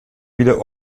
wieder